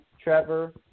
Trevor